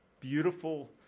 beautiful